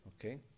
okay